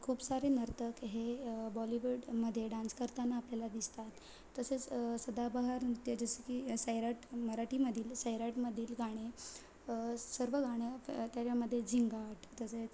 खूप सारे नर्तक हे बॉलीवूडमध्ये डान्स करताना आपल्याला दिसतात तसेच सदाबहार नृत्य जसे की सैराट मराठीमधील सैराटमधील गाणे सर्व गाणे त्याच्यामध्ये झिंगाट तसेच